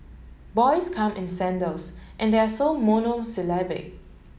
boys come in sandals and they are monosyllabic